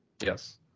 yes